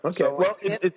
Okay